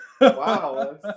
Wow